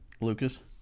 Lucas